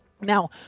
Now